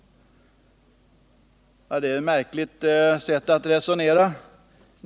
Det är ett märkligt sätt att resonera.